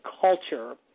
culture